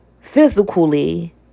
Physically